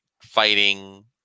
fighting